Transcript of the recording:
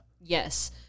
Yes